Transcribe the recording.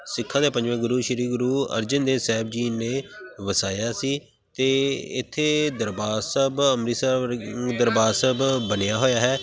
ਸਿੱਖਾਂ ਦੇ ਪੰਜਵੇਂ ਗੁਰੂ ਸ਼੍ਰੀ ਗੁਰੂ ਅਰਜਨ ਦੇਵ ਸਾਹਿਬ ਜੀ ਨੇ ਵਸਾਇਆ ਸੀ ਅਤੇ ਇੱਥੇ ਦਰਬਾਰ ਸਾਹਿਬ ਅੰਮ੍ਰਿਤਸਰ ਦਰਬਾਰ ਸਾਹਿਬ ਬਣਿਆ ਹੋਇਆ ਹੈ